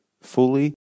fully